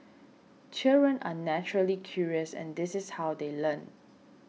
children are naturally curious and this is how they learn